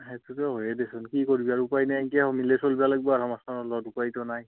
সেইটোতো হয়েই দেচোন কি কৰিবি আৰু উপায় নাই এনেকৈ মিলাই চলিব লাগিব আৰু সমাজখনৰ লগত উপায়তো নাই